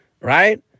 Right